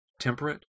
temperate